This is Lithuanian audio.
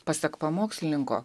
pasak pamokslininko